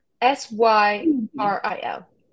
S-Y-R-I-L